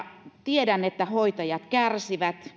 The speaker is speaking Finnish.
tiedän että hoitajat kärsivät